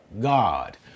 God